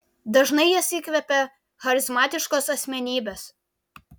dažnai jas įkvepia charizmatiškos asmenybės